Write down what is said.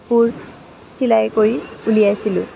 কপোৰ চিলাই কৰি উলিয়াইছিলোঁ